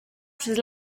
przez